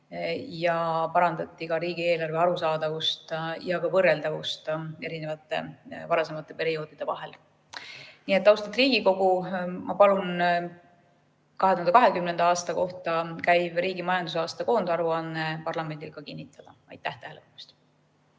ja parandati ka riigieelarve arusaadavust ja võrreldavust erinevate varasemate perioodidega. Nii et, austatud Riigikogu, ma palun 2020. aasta kohta käiv riigi majandusaasta koondaruanne parlamendil kinnitada. Aitäh tähelepanu eest!